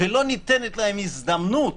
ולא ניתנת להם הזדמנות